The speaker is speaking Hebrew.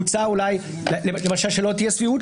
הוצע אולי למשל שלא תהיה סבירות,